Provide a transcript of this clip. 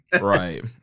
right